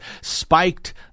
spiked